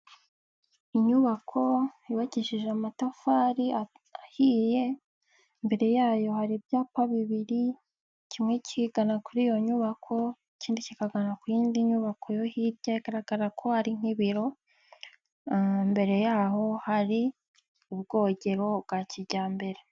Inyubako ibagejeje amatafari ahiye, imbere yayo hari ibyapa bibiri, kimwe cyigana kuri iyo nyubako ikindi kikaganira ku yindi nyubako, hirya hagaragara ko ari nk'ibiro imbere yaho hari ubwogero bwa kijyambere.